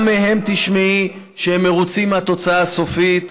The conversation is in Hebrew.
לא לערוץ 20. גם מהם תשמעי שהם מרוצים מהתוצאה הסופית,